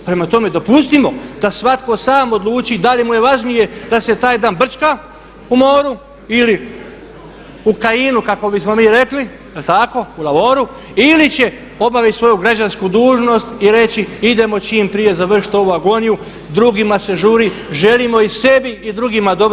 Prema tome, dopustimo da svatko sam odluči da li mu je važnije da se taj dan brćka u moru ili u kajinu kako bismo mi rekli, jel tako, u lavoru ili će obaviti svoju građansku dužnost i reći idemo čim prije završiti ovu agoniju, drugim se žuri, želimo i sebi i drugim dobro.